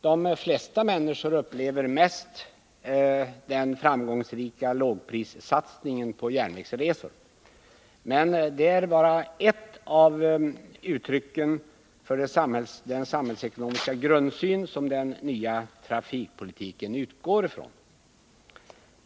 De flesta människor upplever mest den framgångsrika lågprissatsningen på järnvägsresor. Men det är bara ett av uttrycken för den samhällsekonomiska grundsyn som den nya trafikpolitiken utgår ifrån.